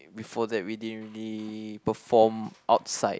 before that we didn't really perform outside